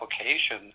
application